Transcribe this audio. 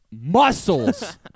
Muscles